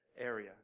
area